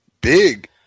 big